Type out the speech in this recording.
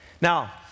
Now